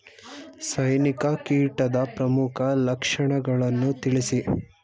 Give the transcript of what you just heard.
ಸೈನಿಕ ಕೀಟದ ಪ್ರಮುಖ ಲಕ್ಷಣಗಳನ್ನು ತಿಳಿಸಿ?